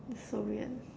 that's so weird